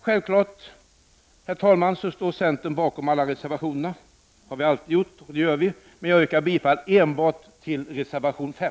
Självfallet står vi i centern bakom alla våra reservationer, men jag yrkar bifall enbart till reservation 5.